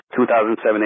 2007